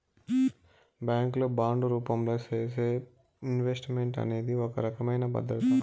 bank లో bond రూపంలో చేసే ఇన్వెస్ట్ మెంట్ అనేది ఒక రకమైన భద్రత